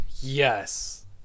yes